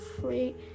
free